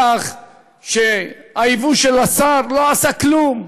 כך שהיבוא של השר לא עשה כלום.